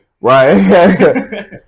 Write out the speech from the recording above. Right